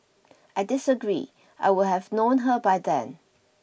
I disagree I would have known her by then